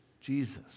Jesus